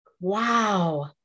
Wow